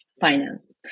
finance